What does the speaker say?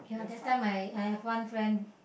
that time I I have one friend